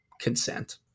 consent